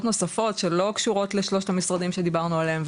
נוספות שלא קשורות לשלושת המשרדים שדיברנו עליהם,